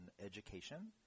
education